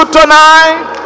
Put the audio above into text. tonight